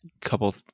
couple